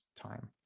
time